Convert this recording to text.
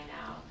now